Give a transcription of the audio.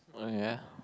oh ya